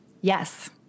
Yes